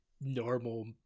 normal